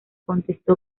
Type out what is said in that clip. contestó